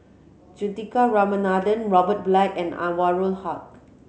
Juthika Ramanathan Robert Black and Anwarul Haque